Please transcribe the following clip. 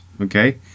Okay